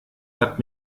hat